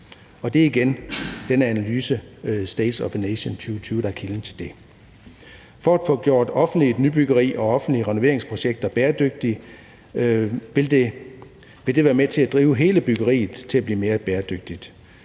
Det er igen den analyse, »State of the Nation 2020«, der er kilden til det. At få gjort offentligt nybyggeri og offentlige renoveringsprojekter bæredygtige vil være med til at drive hele byggeriet til at blive mere bæredygtigt.